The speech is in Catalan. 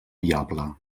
viable